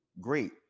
Great